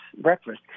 breakfast